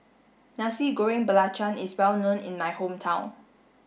Nasi Goreng Belacan is well known in my hometown